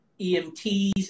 EMTs